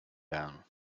down